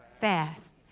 fast